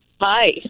Hi